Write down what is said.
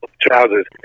trousers